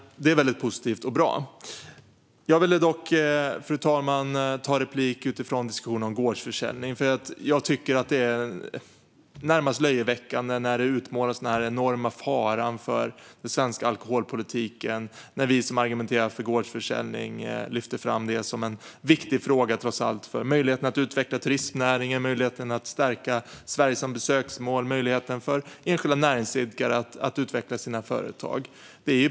Det är mycket positivt och bra. Fru talman! Jag ville dock ta en replik utifrån diskussionen om gårdsförsäljning. Jag tycker att det är närmast löjeväckande när denna enorma fara för den svenska alkoholpolitiken utmålas när vi som argumenterar för gårdsförsäljning lyfter fram den som en viktig fråga för möjligheten att utveckla turistnäringen, möjligheten att stärka Sverige som besöksmål och möjligheten för enskilda näringsidkare att utveckla sina företag.